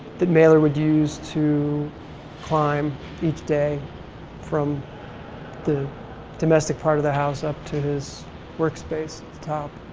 that mailer would use to climb each day from the domestic part of the house up to his workspace at the top.